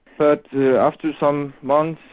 but after some months,